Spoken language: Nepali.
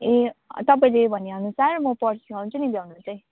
ए तपाईँले भनेअनुसार म पर्सी आउँछु नि ल्याउनु चाहिँ